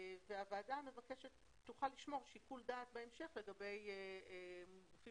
הוועדה תוכל לשמור שיקול דעת בהמשך לגבי גופים